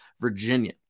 Virginia